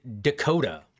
Dakota